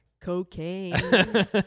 Cocaine